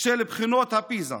של בחינות הפיז"ה,